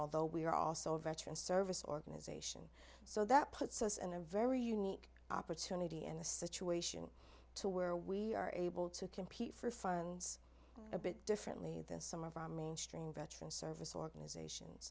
although we are also a veteran service organization so that puts us in a very unique opportunity in a situation to where we are able to compete for funds a bit differently this summer for mainstream veteran service organizations